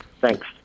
Thanks